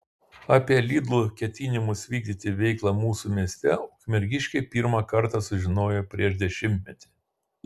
apie lidl ketinimus vykdyti veiklą mūsų mieste ukmergiškiai pirmą kartą sužinojo prieš dešimtmetį